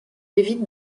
évitent